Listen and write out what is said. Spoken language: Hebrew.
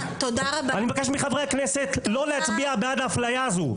אני מבקש מחברי הכנסת לא להצביע בעד האפליה הזאת.